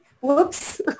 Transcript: Whoops